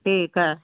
ਠੀਕ ਹੈ